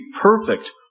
perfect